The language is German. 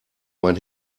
mein